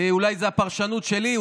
אולי זו הפרשנות שלי,